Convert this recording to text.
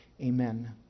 Amen